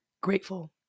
grateful